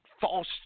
false